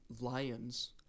lions